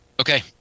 Okay